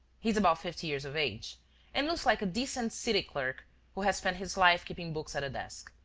he is about fifty years of age and looks like a decent city clerk who has spent his life keeping books at a desk.